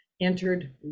entered